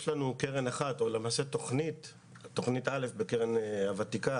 יש לנו תוכנית א' בקרן הוותיקה,